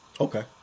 okay